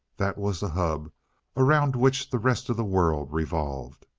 that was the hub around which the rest of the world revolved,